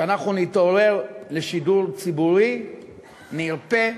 שאנחנו נתעורר לשידור ציבורי נרפה,